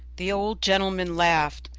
the old gentleman laughed.